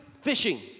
Fishing